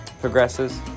progresses